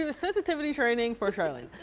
you know sensitivity training for charlana,